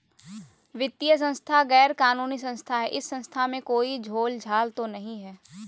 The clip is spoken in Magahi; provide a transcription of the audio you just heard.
वित्तीय संस्था गैर कानूनी संस्था है इस संस्था में कोई झोलझाल तो नहीं है?